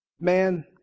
man